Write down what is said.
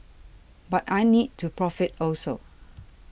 but I need to profit also